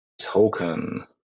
Token